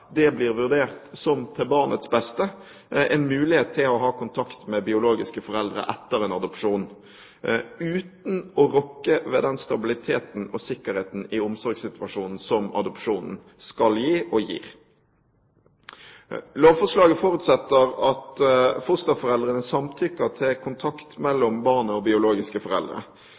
det blir vurdert som å være til barnets beste, en mulighet til å ha kontakt med sine biologiske foreldre etter en adopsjon, uten å rokke ved den stabiliteten og sikkerheten i omsorgssituasjonen som adopsjonen skal gi og gir. Lovforslaget forutsetter at fosterforeldrene samtykker til kontakt mellom barna og biologiske foreldre.